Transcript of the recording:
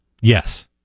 Yes